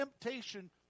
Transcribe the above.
temptation